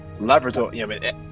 laboratory